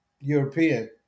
European